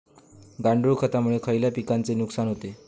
गांडूळ खतामुळे खयल्या पिकांचे नुकसान होते?